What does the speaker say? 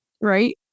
right